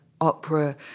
opera